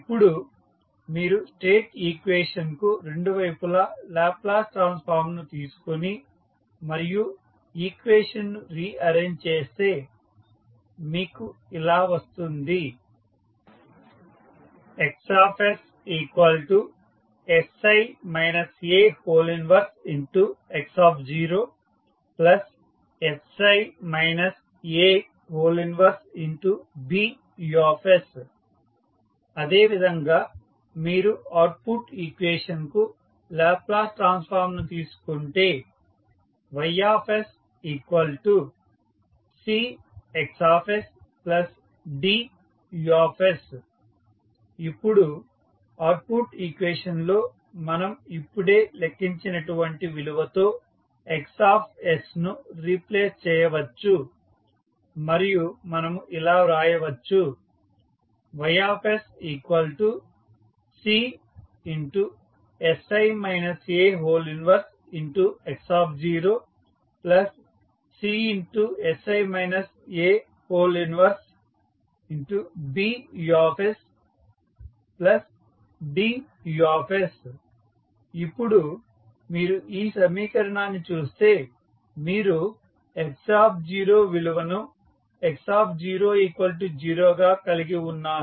ఇప్పుడు మీరు state equation కు రెండు వైపులా లాప్లేస్ ట్రాన్స్ఫార్మ్ ను తీసుకొని మరియు ఈక్వేషన్ ను రీఅరేంజ్ చేస్తే మీకు ఇలా వస్తుంది XssI A 1x0 1BUs అదేవిధంగా మీరు అవుట్పుట్ ఈక్వేషన్ కు లాప్లేస్ ట్రాన్స్ఫార్మ్ ను తీసుకుంటే Ys CXs DUs ఇప్పుడు అవుట్పుట్ ఈక్వేషన్ లో మనం ఇప్పుడే లెక్కించినటువంటి విలువతో Xs ను రీప్లేస్ చేయవచ్చు మరియు మనము ఇలా వ్రాయవచ్చు Ys CsI A 1x0 CsI A 1BUs DUs ఇప్పుడు మీరు ఈ సమీకరణాన్ని చూస్తే మీరు x విలువను x 0 గా కలిగి ఉన్నారు